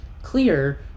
clear